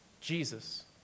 Jesus